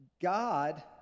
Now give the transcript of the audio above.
god